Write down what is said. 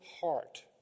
heart